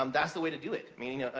um that's the way to do it. meaning,